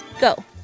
go